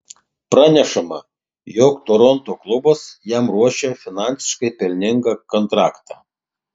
pranešama jog toronto klubas jam ruošia finansiškai pelningą kontraktą